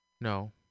No